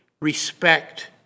respect